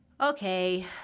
Okay